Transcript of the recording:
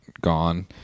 gone